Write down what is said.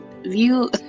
view